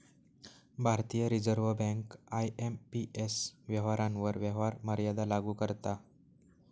भारतीय reserve bank IMPS व्यवहारांवर व्यवहार मर्यादा लागू करता